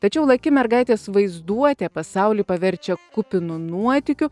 tačiau laki mergaitės vaizduotė pasaulį paverčia kupino nuotykių